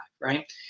right